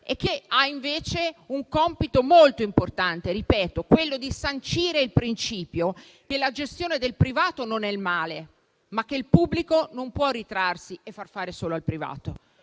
pur avendo un compito molto importante, che è quello di sancire il principio che la gestione del privato non è il male, ma che il pubblico non può ritrarsi e far fare solo al privato,